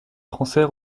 français